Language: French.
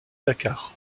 dakar